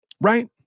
right